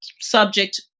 subject